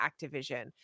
Activision